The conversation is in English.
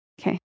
Okay